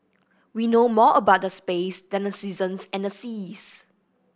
we know more about the space than the seasons and the seas